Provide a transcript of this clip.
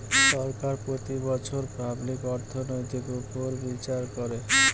সরকার প্রতি বছর পাবলিক অর্থনৈতির উপর বিচার করে